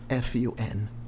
Fun